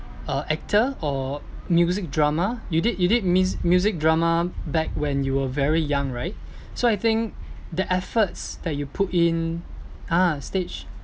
uh actor or music drama you did you did mus~ music drama back when you were very young right so I think the efforts that you put in ah stage